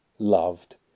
loved